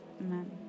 Amen